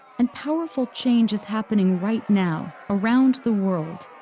and powerful change is happening right now, around the world,